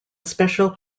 special